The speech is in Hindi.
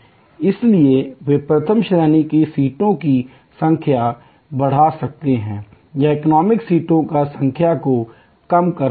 इसलिए वे प्रथम श्रेणी की सीटों की संख्या बढ़ा सकते हैं या इकोनॉमी सीटों की संख्या को कम करती हैं